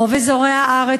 רוב אזורי הארץ,